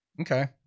Okay